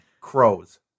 crows